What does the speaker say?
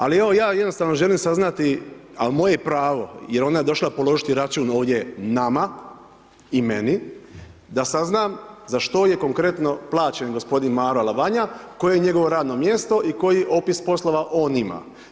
Ali evo ja jednostavno želim saznati, a moje je pravo jer ona je došla položiti račun ovdje nama i meni da saznam za što je konkretno plaćen gospodin Maro Alavanja, koje je njegovo radno mjesto i koji opis poslova on ima.